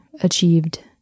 achieved